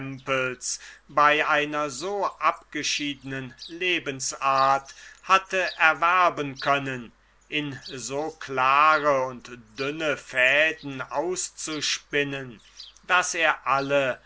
bei einer so abgeschiedenen lebensart hatte erwerben können in so klare und dünne fäden auszuspinnen daß er alle